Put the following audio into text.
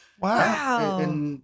Wow